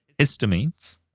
histamines